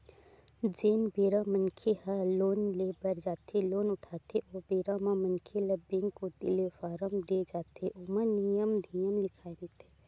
जेन बेरा मनखे ह लोन ले बर जाथे लोन उठाथे ओ बेरा म मनखे ल बेंक कोती ले फारम देय जाथे ओमा नियम धियम लिखाए रहिथे